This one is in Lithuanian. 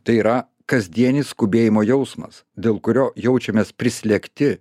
tai yra kasdienis skubėjimo jausmas dėl kurio jaučiamės prislėgti